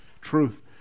truth